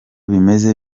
bimeze